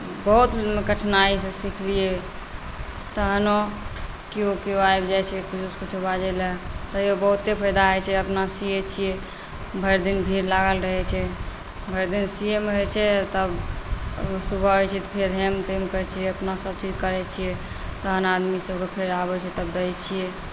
बहुत कठिनाइसँ सिखलियै तहनो केओ केओ आबि जाइत छै कुछो कुछो बाजय लेल तैयो बहुते फायदा होइत छै अपना सीयैत छियै भरि दिन भीड़ लागल रहैत छै भरि दिन सियैमे होइत छै तब सुबह होइत छै तऽ फेर हेम तेम करैत छियै अपना सभचीज करैत छियै तहन आदमीसभ के फेर आबैत छै तब दैत छियै